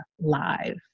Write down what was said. live